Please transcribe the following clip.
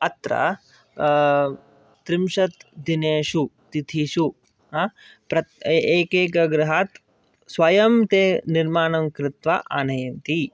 अत्र त्रिंशत् दिनेषु तिथिषु एकैकगृहात् स्वयं ते निर्माणं कृत्वा आनयन्ति